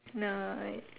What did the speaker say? no I